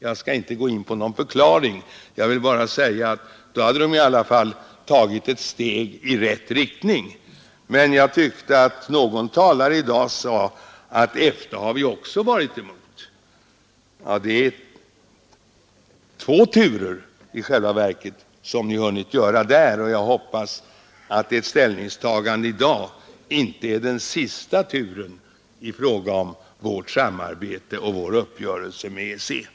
Jag skall inte gå in på någon förklaring, jag vill bara säga att då hade de i alla fall tagit ett steg i rätt riktning. Jag tyckte att någon från vänsterpartiet kommunisterna i dag sade att EFTA har man också varit emot. Ja, det är i själva verket två turer som ni hunnit göra där. Jag hoppas att ert ställningstagande i dag inte är den sista turen i fråga om vårt samarbete och vår uppgörelse med EEC.